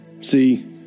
See